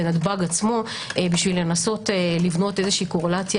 בנתב"ג עצמו כדי לנסות לבנות קורלציה